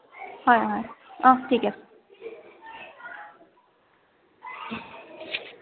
হয় হয় অ' ঠিক আছে